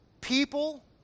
people